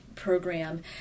Program